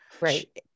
Right